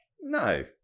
No